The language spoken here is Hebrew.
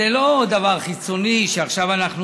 זה לא דבר חיצוני, שעכשיו אנחנו